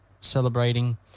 celebrating